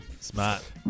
Smart